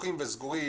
פתוחים וסגורים.